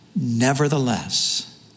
Nevertheless